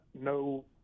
No